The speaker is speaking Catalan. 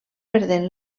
perdent